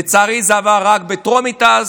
לצערי זה עבר אז רק בטרומית.